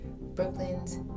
Brooklyn's